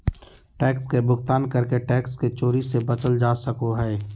tax के भुगतान करके टैक्स के चोरी से बचल जा सको हय